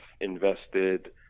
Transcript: invested